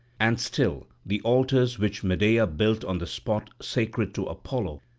and still the altars which medea built on the spot sacred to apollo,